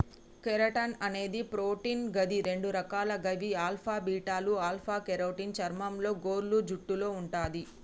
keratin అనేది protein గది రెండు రకాలు గవి ఆల్ఫా, బీటాలు ఆల్ఫ కెరోటిన్ చర్మంలో, గోర్లు, జుట్టులో వుంటది